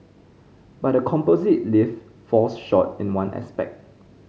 but the composite lift falls short in one aspect